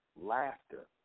laughter